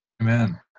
Amen